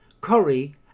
Curry